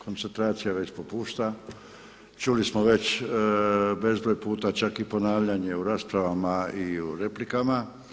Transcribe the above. Koncentracija već popušta, čuli smo već bezbroj puta čak i ponavljanje u raspravama i u replikama.